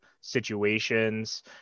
situations